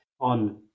on